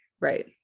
Right